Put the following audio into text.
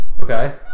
Okay